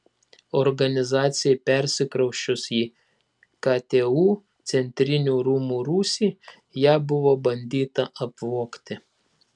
organizacijai persikrausčius į ktu centrinių rūmų rūsį ją buvo bandyta apvogti